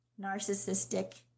narcissistic